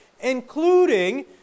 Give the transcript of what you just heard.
including